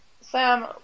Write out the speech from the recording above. Sam